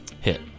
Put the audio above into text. Hit